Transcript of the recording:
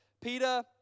Peter